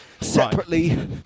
separately